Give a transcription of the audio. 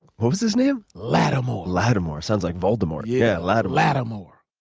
what was his name? latimore. latimore. sound like voldemort. yeah, like latimore.